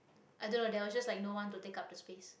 don't know there was just like no one to take up the space